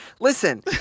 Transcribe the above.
Listen